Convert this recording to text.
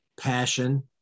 passion